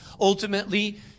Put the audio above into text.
Ultimately